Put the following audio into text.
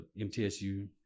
MTSU